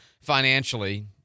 financially